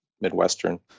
Midwestern